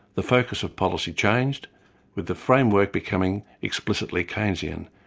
the focus of policy changed with the framework becoming explicitly keynesian,